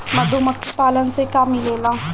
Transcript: मधुमखी पालन से का मिलेला?